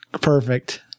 Perfect